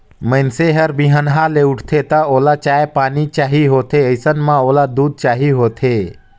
मइनसे हर बिहनहा ले उठथे त ओला चाय पानी चाही होथे अइसन म ओला दूद चाही होथे